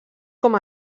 com